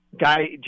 guy